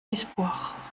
espoir